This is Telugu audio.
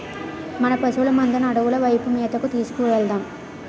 మన పశువుల మందను అడవుల వైపు మేతకు తీసుకు వెలదాం